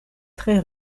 tre